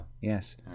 Yes